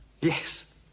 Yes